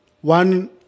one